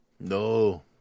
no